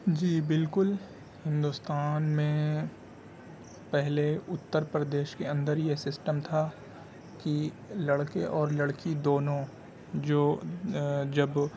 جی بالکل ہندوستان میں پہلے اتر پردیش کے اندر ہی یہ سسٹم تھا کہ لڑکے اور لڑکی دونوں جو جب